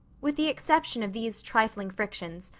with the exception of these trifling frictions,